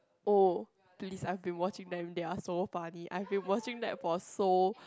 oh please I've been watching them they are so funny I've been watching them for so